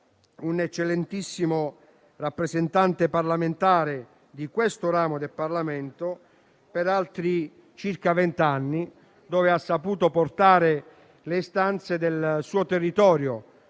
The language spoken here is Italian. un eccellentissimo rappresentante parlamentare di questo ramo del Parlamento, per altri circa venti anni, dove ha saputo portare le istanze del suo territorio;